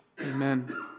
amen